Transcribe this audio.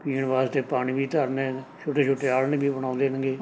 ਪੀਣ ਵਾਸਤੇ ਪਾਣੀ ਵੀ ਧਰਨੇ ਛੋਟੇ ਛੋਟੇ ਆਲ੍ਹਣੇ ਵੀ ਬਣਾਉਂਦੇ ਨੇਗੇ